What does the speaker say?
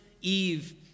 Eve